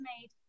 made